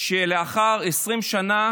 ולאחר 20 שנה